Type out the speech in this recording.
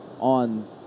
on